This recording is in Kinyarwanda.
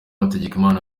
hategekimana